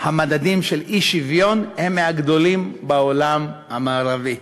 הממדים של אי-שוויון הם מהגדולים בעולם המערבי.